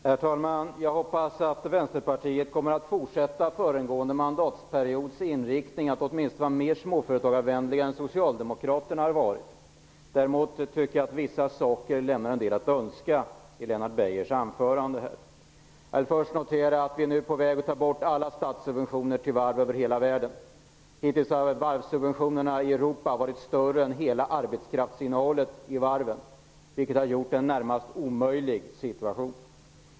Herr talman! Jag hoppas att Vänsterpartiet kommer att fortsätta föregående mandatperiods inriktning att åtminstone vara mer småföretagarvänligt än vad Socialdemokraterna har varit. Däremot tycker jag att vissa saker i Lennart Beijers anförande lämnar en del att önska. Jag vill först notera att man nu är på väg att ta bort alla statssubventioner till varv över hela världen. Hittills har varvssubventionerna i Europa varit större än hela arbetskraftsinnehållet i varven, vilket har gjort att det blivit en närmast omöjlig situation.